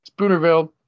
Spoonerville